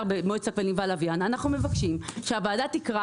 במועצת הכבלים והלוויין אנחנו מבקשים שהוועדה תקרא